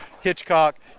Hitchcock